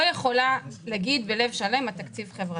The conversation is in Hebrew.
אני לא יכולה להגיד בלב שלם שהתקציב חברתי.